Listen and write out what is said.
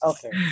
Okay